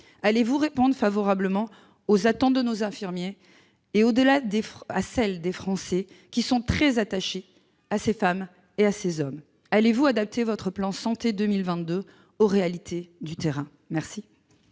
allez-vous répondre favorablement aux attentes de nos infirmiers et, au-delà, à celles des Français, qui sont très attachés à ces femmes et à ces hommes ? Allez-vous adapter votre plan « Santé 2022 » aux réalités du terrain ? La